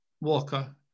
Walker